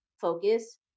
focus